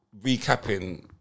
Recapping